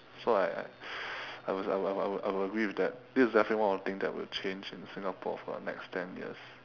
so I I I will agree with that this is definitely one of the thing that will change in singapore for the next ten years